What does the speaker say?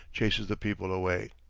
chases the people away.